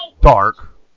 Dark